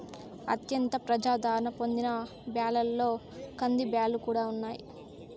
అత్యంత ప్రజాధారణ పొందిన బ్యాళ్ళలో కందిబ్యాల్లు కూడా ఉన్నాయి